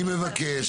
אני מבקש.